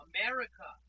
America